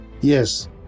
Yes